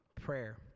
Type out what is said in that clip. prayer